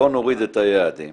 בוא נוריד את היעדים